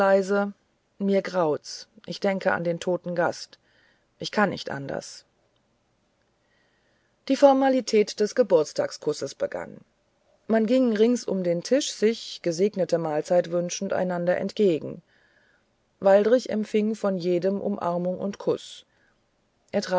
mir graut's ich denke an den toten gast ich kann nicht anders die formalität des geburtstagskusses begann man ging rings um den tisch sich gesegnete mahlzeit wünschend einander entgegen waldrich empfing von jedem umarmung und kuß